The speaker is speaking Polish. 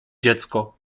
dziecko